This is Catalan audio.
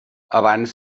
abans